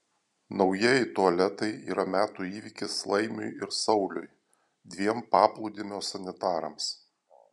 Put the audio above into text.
naujieji tualetai yra metų įvykis laimiui ir sauliui dviem paplūdimio sanitarams